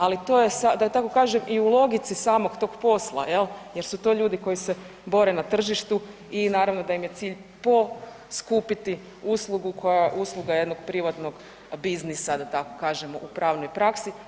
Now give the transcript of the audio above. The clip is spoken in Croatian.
Ali to je da tako kažem i u logici samog tog posla jer su to ljudi koji se bore na tržištu i naravno da im je cilj poskupiti uslugu koja je usluga jednog privatnog biznisa da tako kažemo u pravnoj praksi.